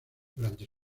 durante